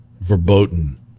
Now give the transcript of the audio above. verboten